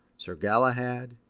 sir galahad,